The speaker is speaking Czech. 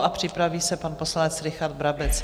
A připraví se pan poslanec Richard Brabec.